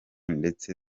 ndetse